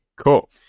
cool